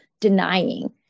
denying